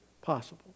possible